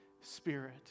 spirit